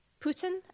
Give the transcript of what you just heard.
Putin